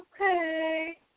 okay